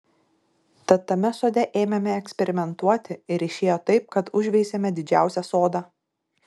tad tame sode ėmėme eksperimentuoti ir išėjo taip kad užveisėme didžiausią sodą